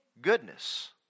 Goodness